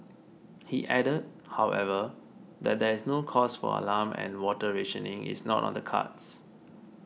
he added however that there is no cause for alarm and water rationing is not on the cards